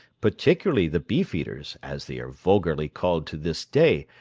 particularly the beef-eaters, as they are vulgarly called to this day,